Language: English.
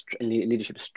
leadership